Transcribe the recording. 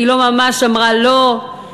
היא לא ממש אמרה לא,